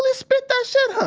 ah speak that shit, huh!